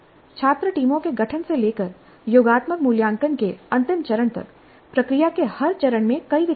छात्र टीमों के गठन से लेकर योगात्मक मूल्यांकन के अंतिम चरण तक प्रक्रिया के हर चरण में कई विकल्प हैं